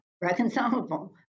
reconcilable